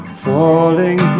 falling